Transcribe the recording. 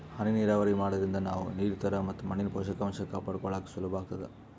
ಹನಿ ನೀರಾವರಿ ಮಾಡಾದ್ರಿಂದ ನಾವ್ ನೀರ್ ಮತ್ ಮಣ್ಣಿನ್ ಪೋಷಕಾಂಷ ಕಾಪಾಡ್ಕೋಳಕ್ ಸುಲಭ್ ಆಗ್ತದಾ